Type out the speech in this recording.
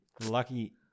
Lucky